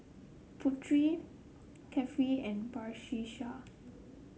Putri Kefli and Batrisya